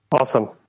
Awesome